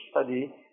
study